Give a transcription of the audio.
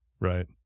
right